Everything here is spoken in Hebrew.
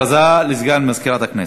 הודעה לסגן מזכירת הכנסת.